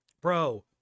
bro